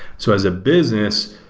so as a business,